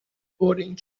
according